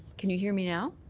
can you hear me now?